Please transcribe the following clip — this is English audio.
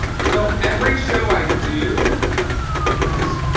so every show i do is